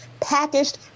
packaged